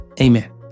Amen